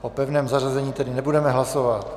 O pevném zařazení tedy nebudeme hlasovat.